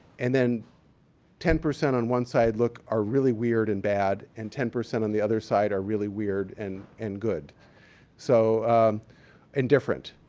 and then ten percent on one side look, are really weird and bad, and ten percent on the other side are really weird and and good so and different.